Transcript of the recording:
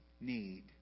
need